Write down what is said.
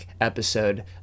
episode